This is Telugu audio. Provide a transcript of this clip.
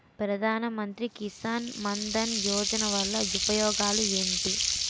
ప్రధాన మంత్రి కిసాన్ మన్ ధన్ యోజన వల్ల ఉపయోగాలు ఏంటి?